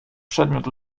przedmiot